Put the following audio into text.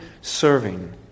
serving